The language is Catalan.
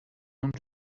uns